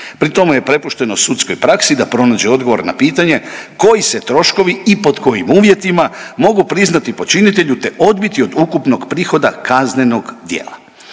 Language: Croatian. Pri tome je prepušteno sudskoj praksi da pronađe odgovor na pitanje koji se troškovi i pod kojim uvjetima mogu priznati počinitelju te odbiti od ukupnog prihoda kaznenog djela.